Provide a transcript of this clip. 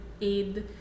aid